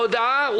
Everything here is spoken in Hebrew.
מי נמנע?